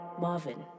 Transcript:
Marvin